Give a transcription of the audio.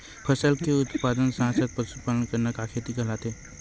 फसल के उत्पादन के साथ साथ पशुपालन करना का खेती कहलाथे?